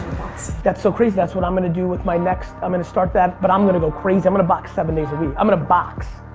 that's so crazy. that's what i'm gonna do with my next, i'm gonna start that but i'm gonna go crazy. i'm gonna box seven days a week. i'm gonna box.